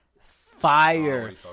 fire